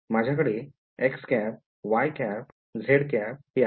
माज्याकडे हे आहेत